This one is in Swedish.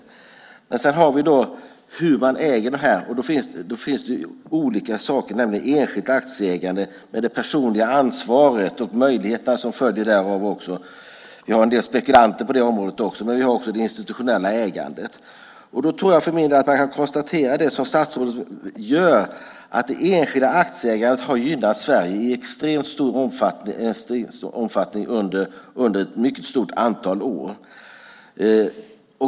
Det handlar om hur man äger. Det finns enskilt aktieägande med det personliga ansvaret och möjligheterna som följer därav. Vi har en del spekulanter på det området. Vi har också det institutionella ägandet. För min del tror jag att man kan konstatera, som statsrådet, att det enskilda aktieägandet har gynnat Sverige i extremt stor omfattning under ett mycket stort antal år.